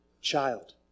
child